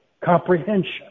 comprehension